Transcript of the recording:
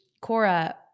Cora